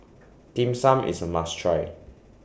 Dim Sum IS A must Try